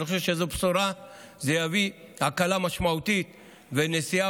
אני חושב שזו בשורה שתביא הקלה משמעותית ונשיאה